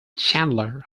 chandler